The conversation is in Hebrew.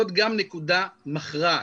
זאת גם נקודה מכרעת.